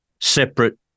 separate